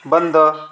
बंद